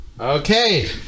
Okay